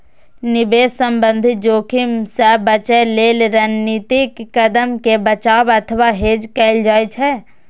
निवेश संबंधी जोखिम सं बचय लेल रणनीतिक कदम कें बचाव अथवा हेज कहल जाइ छै